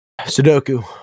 Sudoku